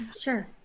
Sure